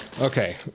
Okay